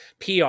PR